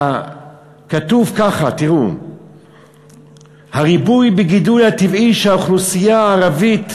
כתוב כך: "הריבוי בגידול הטבעי של האוכלוסייה הערבית,